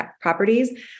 properties